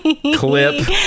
Clip